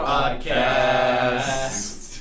Podcast